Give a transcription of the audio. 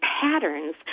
patterns